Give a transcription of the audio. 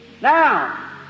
Now